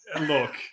Look